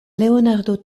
leonardo